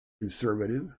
conservative